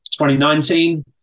2019